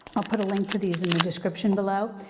i'll put a link to these in the description below,